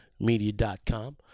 media.com